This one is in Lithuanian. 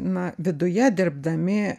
na viduje dirbdami